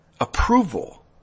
approval